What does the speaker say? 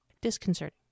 Disconcerting